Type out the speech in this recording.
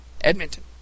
edmonton